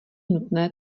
nutné